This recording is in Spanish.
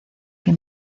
que